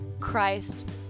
Christ